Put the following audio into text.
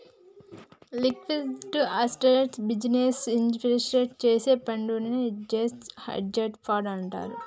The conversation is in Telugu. లిక్విడ్ అసెట్స్లో బిజినెస్ ఇన్వెస్ట్మెంట్ చేసే ఫండునే చేసే హెడ్జ్ ఫండ్ అంటారు